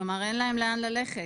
כלומר אין להם לאן ללכת.